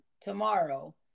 tomorrow